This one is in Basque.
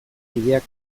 kideak